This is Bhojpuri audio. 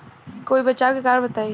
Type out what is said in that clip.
कोई बचाव के कारण बताई?